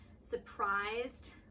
surprised